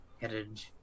headed